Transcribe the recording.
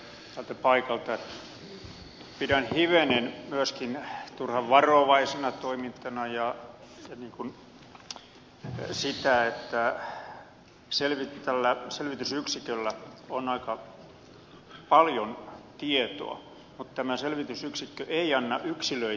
sen verran vielä täältä paikalta että pidän hivenen myöskin turhan varovaisena toimintana sitä että vaikka tällä selvitysyksiköllä on aika paljon tietoa tämä selvitysyksikkö ei anna yksilöityjä tietoja